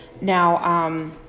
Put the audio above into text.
Now